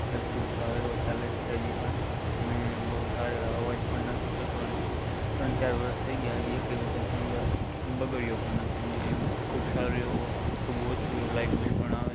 એ ખૂબ સારો એવો ચાલે છે હજુ પણ અને બહુ સા એવો અવાજ પણ નથી કરતો અને ખૂબ ત્રણ ચાર વર્ષ થઈ ગયા પણ હજુ એકપણ વખત પણ બ બગડ્યો પણ નથી અને ખૂબ સારું એવું ખૂબ ઓછું એવું લાઇટ બિલ પણ આવે છે